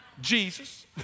Jesus